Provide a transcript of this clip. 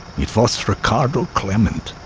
it was ricardo klement.